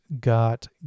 got